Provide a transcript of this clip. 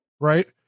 right